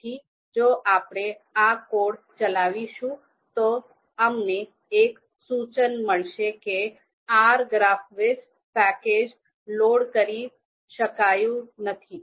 તેથી જો આપણે આ કોડ ચલાવીશું તો અમને એક સુચન મળશે કે Rgraphviz પેકેજ લોડ કરી શકાયું નથી